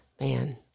man